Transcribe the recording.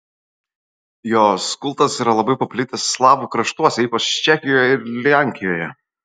jos kultas yra labai paplitęs slavų kraštuose ypač čekijoje ir lenkijoje